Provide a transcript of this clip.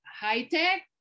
high-tech